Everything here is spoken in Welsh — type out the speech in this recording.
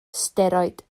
steroid